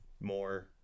more